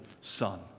Son